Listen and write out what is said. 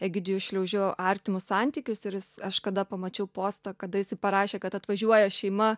egidiju šliaužiu artimus santykius ir aš kada pamačiau postą kada jisai parašė kad atvažiuoja šeima